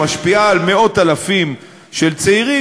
שמשפיעה על מאות-אלפים של צעירים,